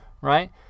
right